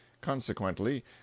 Consequently